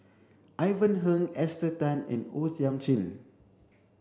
Ivan Heng Esther Tan and O Thiam Chin